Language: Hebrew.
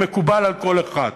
הוא מקובל על כל אחד.